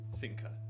Thinker